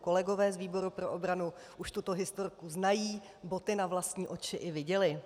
Kolegové z výboru pro obranu už tuto historku znají, boty na vlastní oči i viděli.